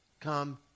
come